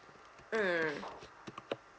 mm